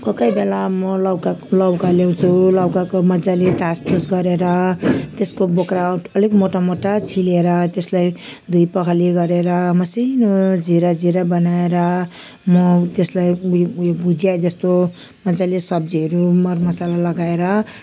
कोही कोही बेला म लौका लौका ल्याउँछु लौकाको मजाले तासतुस गरेर त्यसको बोक्रा अलिक मोटा मोटा छिलेर त्यसलाई धोई पखाली गरेर मसिनो चिरा चिरा बनाएर म त्यसलाई उयो उयो भुजिया जस्तो मजाले सब्जीहरू मरमसला लगाएर